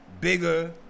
bigger